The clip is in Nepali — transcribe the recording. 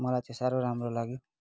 मलाई त साह्रो राम्रो लाग्यो